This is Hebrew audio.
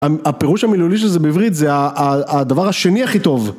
הפירוש המילולי של זה בעברית זה הדבר השני הכי טוב